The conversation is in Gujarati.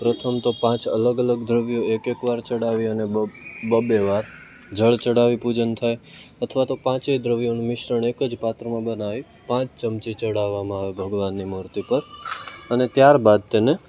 પ્રથમ તો પાંચ અલગ અલગ દ્રવ્યો એક એક વાર ચડાવી અને બબ્બે વાર જળ ચડાવી પૂજન થાય અથવા તો પાંચેય દ્રવ્યોનું મિશ્રણ એક જ પાત્રમાં બનાવી પાંચ ચમચી ચડાવવામાં આવે ભગવાનની મૂર્તિ પર અને ત્યારબાદ તેને